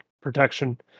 protection